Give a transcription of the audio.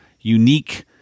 unique